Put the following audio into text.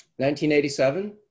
1987